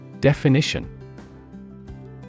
Definition